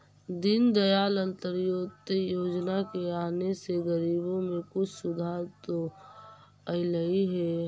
दीनदयाल अंत्योदय योजना के आने से गरीबी में कुछ सुधार तो अईलई हे